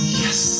yes